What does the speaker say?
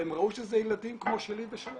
והם ראו שזה ילדים כמו שלי ושלך,